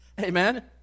Amen